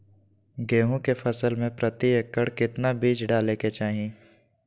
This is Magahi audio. गेहूं के फसल में प्रति एकड़ कितना बीज डाले के चाहि?